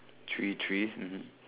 three trees mmhmm